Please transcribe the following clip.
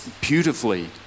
beautifully